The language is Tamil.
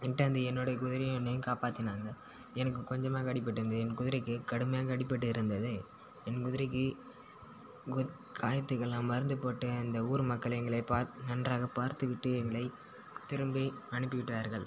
இட்டாந்து என்னோடைய குதிரையும் என்னையும் காப்பாற்றினாங்க எனக்கு கொஞ்சமாக அடிபட்டிருந்துது என் குதிரைக்கு கடுமையாக அடிபட்டு இருந்தது என் குதிரைக்கு குத் காயத்துக்கெல்லாம் மருந்து போட்டு அந்த ஊர் மக்களை எங்களை பார் நன்றாக பார்த்துவிட்டு எங்களை திரும்பி அனுப்பிவிட்டார்கள்